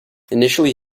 initially